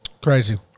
Crazy